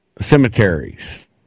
cemeteries